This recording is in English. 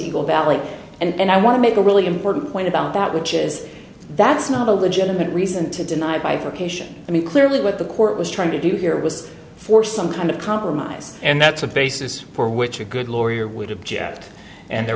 evil valley and i want to make a really important point about that which is that's not a legitimate reason to deny bifurcation i mean clearly what the court was trying to do here was for some kind of compromise and that's a basis for which it good lawyer would object and there